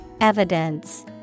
Evidence